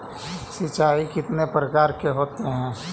सिंचाई कितने प्रकार के होते हैं?